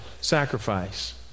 sacrifice